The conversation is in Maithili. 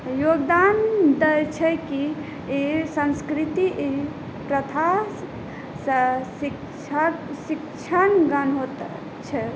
योगदान तऽ छै कि ई संस्कृति प्रथासँ शिक्षक शिक्षणगण होइत छै